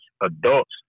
adults